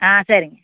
ஆ சரிங்க